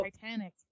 Titanic